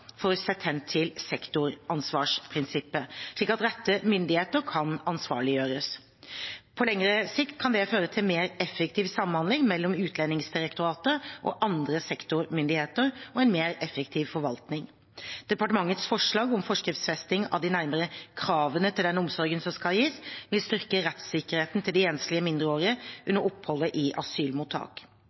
for, sett hen til sektoransvarsprinsippet, slik at rette myndigheter kan ansvarliggjøres. På lengre sikt kan det føre til mer effektiv samhandling mellom Utlendingsdirektoratet og andre sektormyndigheter og en mer effektiv forvaltning. Departementets forslag om forskriftsfesting av de nærmere kravene til den omsorgen som skal gis, vil styrke rettssikkerheten til de enslige mindreårige under oppholdet i asylmottak.